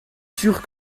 sûr